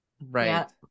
Right